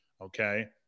Okay